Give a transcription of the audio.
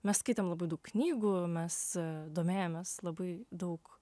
mes skaitėm labai daug knygų mes domėjomės labai daug